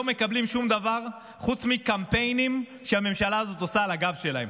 מקבלים שום דבר חוץ מקמפיינים שהממשלה הזאת עושה על הגב שלהם.